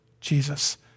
Jesus